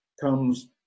comes